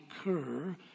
occur